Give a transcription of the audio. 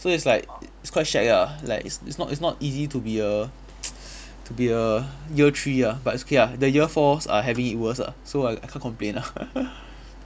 so it's like it's quite shagged ah like it's it's not it's not easy to be a to be a year three ah but it's okay ah the year fours are having it worse ah so I I can't complain ah